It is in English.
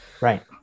Right